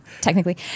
Technically